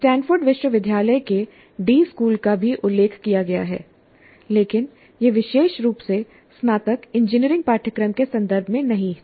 Stanford विश्वविद्यालय के d school का भी उल्लेख किया गया है लेकिन यह विशेष रूप से स्नातक इंजीनियरिंग पाठ्यक्रम के संदर्भ में नहीं था